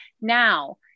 Now